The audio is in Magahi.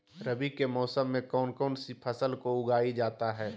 रवि के मौसम में कौन कौन सी फसल को उगाई जाता है?